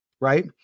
right